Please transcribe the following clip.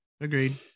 agreed